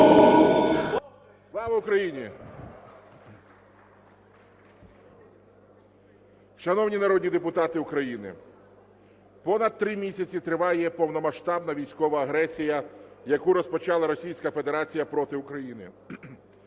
Слава Україні! Шановні народні депутати України! Понад 3 місяці триває повномасштабна військова агресія, яку розпочала Російська Федерація проти України.